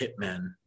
hitmen